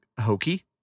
hokey